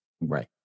Right